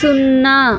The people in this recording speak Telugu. సున్నా